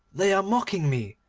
they are mocking me,